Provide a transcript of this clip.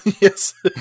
Yes